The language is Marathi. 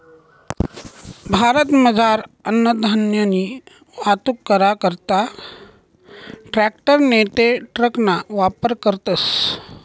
भारतमझार अन्नधान्यनी वाहतूक करा करता ट्रॅकटर नैते ट्रकना वापर करतस